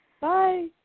Bye